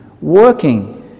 Working